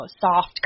soft